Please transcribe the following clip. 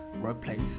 workplace